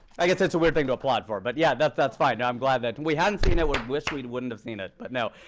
i guess it's a weird thing to applaud for. but yeah, that's that's fine. i'm glad that if we hadn't seen it, we wish we wouldn't have seen it. but no,